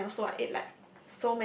and also I ate like